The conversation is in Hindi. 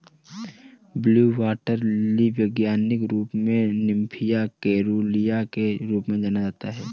ब्लू वाटर लिली वैज्ञानिक रूप से निम्फिया केरूलिया के रूप में जाना जाता है